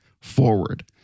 forward